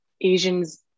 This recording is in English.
Asians